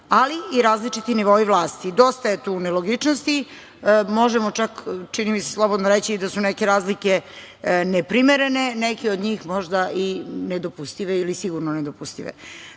ali i različiti nivoi vlasti. Dosta je tu nelogičnosti. Možemo čak, čini mi se, slobodno reći i da su neke razlike neprimerene, neke od njih možda i nedopustive ili sigurno nedopustive. Drugi